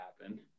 happen